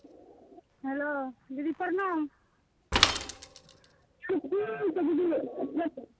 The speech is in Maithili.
हेलो दीदी प्रणाम